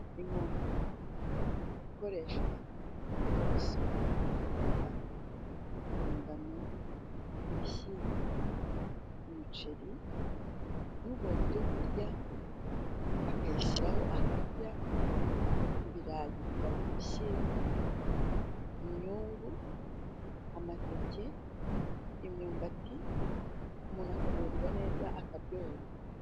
Inkoko, ikoreshwa bagosora amasaka ingano, ibishyimbo, umuceri ubonye ibyokurya akayishyiraho akarya ibirayi bivanze n'ibishimbo, imyungu, amateke, imyumbati. Umuntu akamererwa neza akaryoherwa.